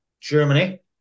Germany